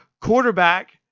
quarterback